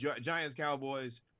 Giants-Cowboys